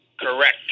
Correct